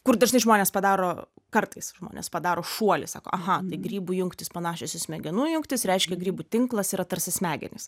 kur dažnai žmonės padaro kartais žmonės padaro šuolį sako aha tai grybų jungtys panašios į smegenų jungtis reiškia grybų tinklas yra tarsi smegenys